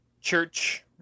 church